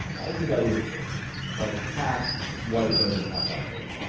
i'd say that was like half white voters, half black voters.